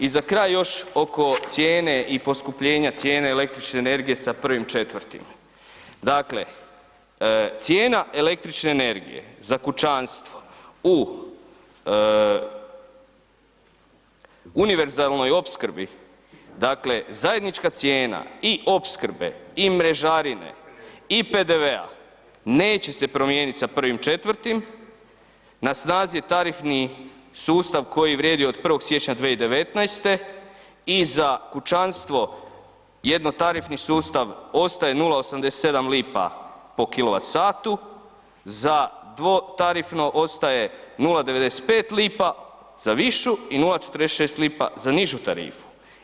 I za kraj još oko cijene i poskupljenja cijene električne energije sa 1.4. dakle, cijena električne energije za kućanstvo u univerzalnoj opskrbi, dakle zajednička cijena i opskrbe i mrežarine i PDV-a neće se promijenit sa 1.4., na snazi je tarifni sustav koji vrijedi od 1. siječnja 2019. i za kućanstvo jednotarifni sustav ostaje 0,87 lipa po kWh za dvotarifno ostaje 0,95 lipa za višu i 0,46 lipa za nižu tarifu.